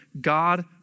God